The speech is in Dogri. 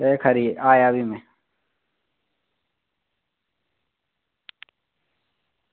एह् खरी आया भी में